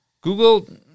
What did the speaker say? Google